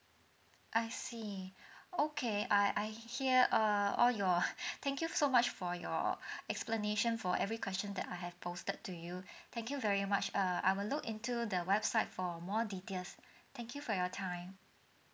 I see okay I I hear err all your thank you so much for your explanation for every question that I have posted to you thank you very much err I will look into the website for more details thank you for your time